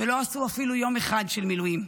ולא עשו אפילו יום אחד של מילואים.